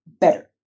better